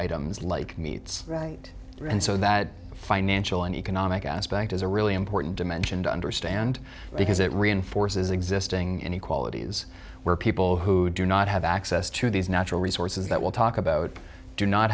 items like meats right and so that financial and economic aspect is a really important dimension to understand because it reinforces existing inequalities where people who do not have access to these natural resources that we'll talk about do not